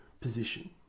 position